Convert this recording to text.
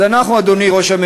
אז ראשית,